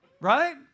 Right